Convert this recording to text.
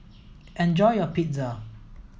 enjoy your Pizza